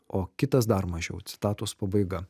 o kitas dar mažiau citatos pabaiga